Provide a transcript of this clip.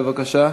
בבקשה.